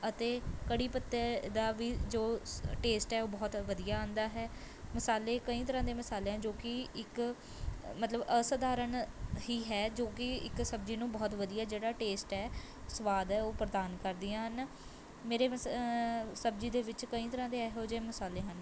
ਅਤੇ ਕੜ੍ਹੀ ਪੱਤੇ ਦਾ ਵੀ ਜੋ ਸ ਟੇਸਟ ਹੈ ਉਹ ਬਹੁਤ ਵਧੀਆ ਆਉਂਦਾ ਹੈ ਮਸਾਲੇ ਕਈ ਤਰ੍ਹਾਂ ਦੇ ਮਸਾਲੇ ਹੈ ਜੋ ਕਿ ਇੱਕ ਮਤਲਬ ਅਸਧਾਰਨ ਹੀ ਹੈ ਜੋ ਕਿ ਇੱਕ ਸਬਜ਼ੀ ਨੂੰ ਬਹੁਤ ਵਧੀਆ ਜਿਹੜਾ ਟੇਸਟ ਹੈ ਸਵਾਦ ਹੈ ਉਹ ਪ੍ਰਦਾਨ ਕਰਦੀਆਂ ਹਨ ਮੇਰੇ ਮਸ ਸਬਜ਼ੀ ਦੇ ਵਿੱਚ ਕਈ ਤਰ੍ਹਾਂ ਦੇ ਇਹੋ ਜਿਹੇ ਮਸਾਲੇ ਹਨ